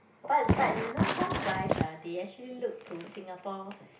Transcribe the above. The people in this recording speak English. but but you know some guys ah they actually look to Singapore